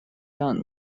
done